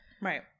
Right